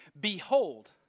Behold